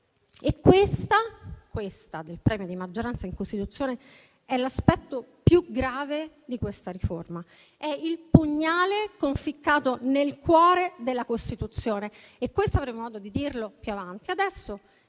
in Costituzione. Il premio di maggioranza in Costituzione è l'aspetto più grave di questa riforma, è il pugnale conficcato nel cuore della Costituzione. Questo comunque avremo modo di dirlo più avanti.